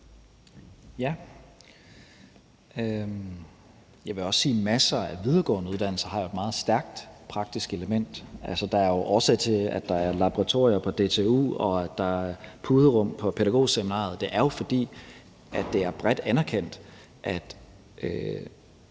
Ja, jeg vil også sige, at masser af videregående uddannelser har et meget stærkt praktisk element. Der er jo en årsag til, at der er laboratorier på DTU, og at der er puderum på pædagogseminariet. Det er jo, fordi det er bredt anerkendt, at